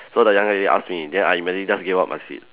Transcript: so the young lady ask me then I immediately just gave up my seat